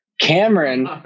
Cameron